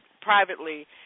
privately